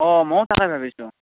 অ মইও তাকে ভাবিছোঁ